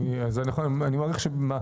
אני, אז אני יכול להעריך שמה?